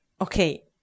okay